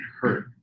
hurt